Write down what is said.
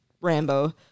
Rambo